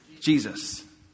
Jesus